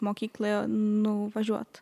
mokykloje nuvažiuot